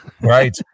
Right